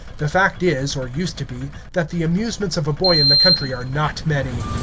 the fact is, or used to be, that the amusements of a boy in the country are not many.